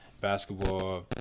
basketball